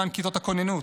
למען כיתות הכוננות.